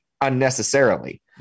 unnecessarily